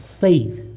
faith